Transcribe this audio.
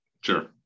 Sure